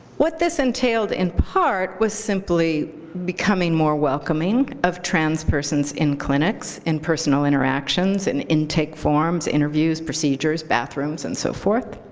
what this entailed, entailed, in part, was simply becoming more welcoming of trans persons in clinics, in personal interactions, in intake forms, interviews, procedures, bathrooms, and so forth